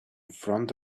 front